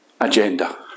agenda